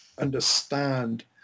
understand